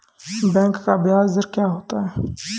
Bank का ब्याज दर क्या होता हैं?